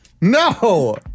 No